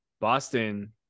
Boston